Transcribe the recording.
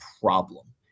problem